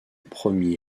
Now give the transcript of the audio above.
premier